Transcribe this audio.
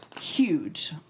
huge